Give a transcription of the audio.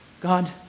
God